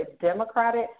Democratic